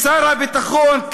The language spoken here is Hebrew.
שר הביטחון,